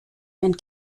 and